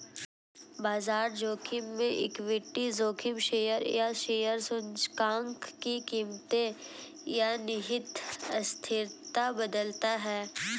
बाजार जोखिम में इक्विटी जोखिम शेयर या शेयर सूचकांक की कीमतें या निहित अस्थिरता बदलता है